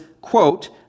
quote